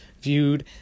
viewed